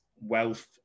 wealth